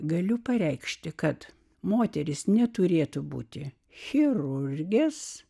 galiu pareikšti kad moterys neturėtų būti chirurgės